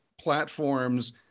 platforms